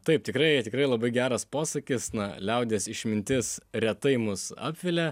taip tikrai tikrai labai geras posakis na liaudies išmintis retai mus apvilia